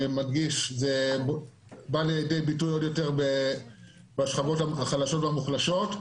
אני מדגיש שזה בא לידי ביטוי עוד יותר בשכבות החלשות והמוחלשות,